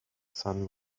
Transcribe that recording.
sun